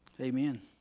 Amen